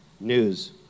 news